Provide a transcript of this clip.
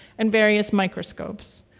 and various microscopes.